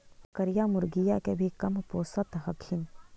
बकरीया, मुर्गीया के भी कमपोसत हखिन?